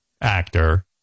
actor